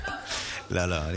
אנחנו בעד.